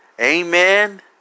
Amen